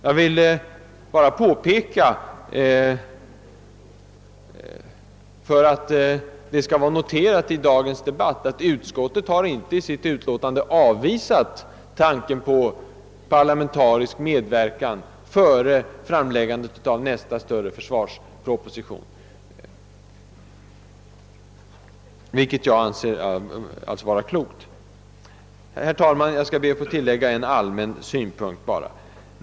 Jag vill bara påpeka, för att det skall vara noterat i dagens debatt, att utskottet i sitt utlåtande inte har avvisat tanken på parlamentarisk medverkan före framläggandet av nästa större försvarsproposition, vilket jag anser vara klokt. Herr talman! Jag ber att få tillägga en allmän synpunkt.